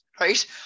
Right